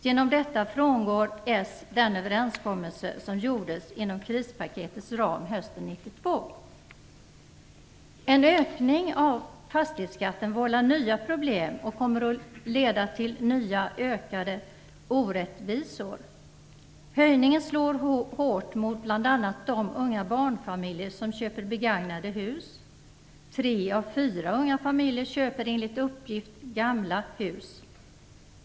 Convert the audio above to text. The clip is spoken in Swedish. Genom detta frångår socialdemokraterna den överenskommelse som gjordes inom krispaketets ram hösten 1992. En ökning av fastighetsskatten vållar nya problem och kommer att leda till ökade orättvisor. Höjningen slår hårt mot bl.a. de unga barnfamiljer som köper begagnade hus. Tre av fyra unga familjer köper enligt uppgift gamla hus.